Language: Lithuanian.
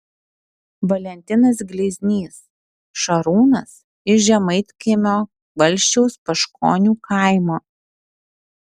valentinas gleiznys šarūnas iš žemaitkiemio valsčiaus paškonių kaimo